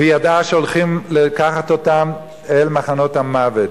וידעה שהולכים לקחת אותם אל מחנות המוות.